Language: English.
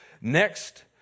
Next